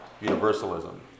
Universalism